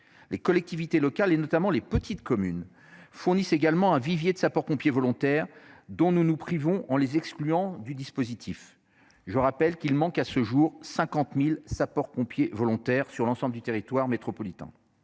Les collectivités locales et notamment les petites communes fournissent également un vivier de sapeurs-pompiers volontaires, dont nous nous privons en les excluant du dispositif. Je rappelle qu'il manque à ce jour 50.000 sapeurs-pompiers volontaires sur l'ensemble du territoire métropolitain.